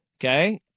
Okay